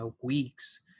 weeks